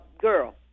Girl